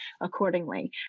accordingly